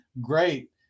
great